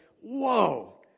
whoa